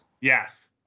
Yes